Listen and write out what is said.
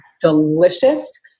delicious